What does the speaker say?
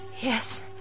Yes